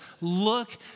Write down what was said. Look